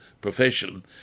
profession